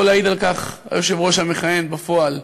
יכול להעיד על כך היושב-ראש המכהן בפועל,